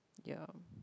ya